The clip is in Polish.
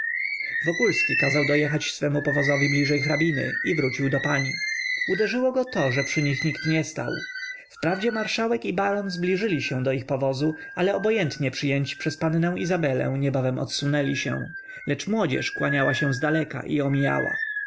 podziwu wokulski kazał dojechać swemu powozowi bliżej hrabiny i wrócił do pań uderzyło go to że przy nich nikt nie stał wprawdzie marszałek i baron zbliżyli się do ich powozu ale obojętnie przyjęci przez pannę izabelę niebawem odsunęli się lecz młodzież kłaniała się zdaleka i omijała